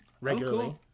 regularly